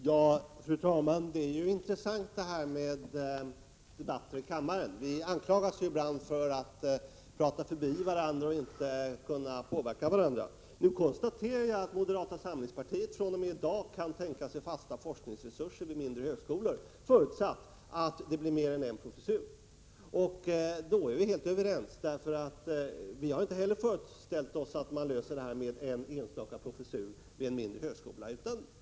Fru talman! Debatter i kammaren är intressanta. Vi anklagas ibland för att tala förbi varandra och inte kunna påverka varandra. Nu konstaterar jag att moderata samlingspartiet fr.o.m. i dag kan tänka sig fasta forskningsresurser vid mindre högskolor under förutsättning att vi inrättar mer än en professur. Då är vi alltså helt överens. Vi har inte heller i centern föreställt oss att vi löser kvalitetsfrågan med en enstaka professur vid en mindre högskola.